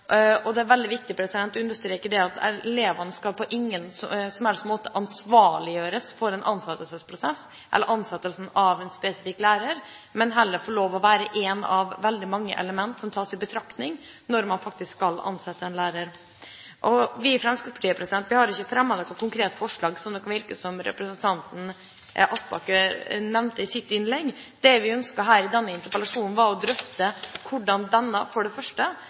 Det er veldig viktig å understreke at elevene på ingen som helst måte skal ansvarliggjøres for en ansettelsesprosess eller ansettelsen av en spesifikk lærer, men heller få lov til å være en av veldig mange elementer som tas i betraktning når man faktisk skal ansette en lærer. Vi i Fremskrittspartiet har ikke fremmet noe konkret forslag, som det kan virke som representanten Aspaker nevnte i sitt innlegg. Det vi ønsket her i denne interpellasjonen, var å drøfte for det første